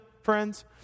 friends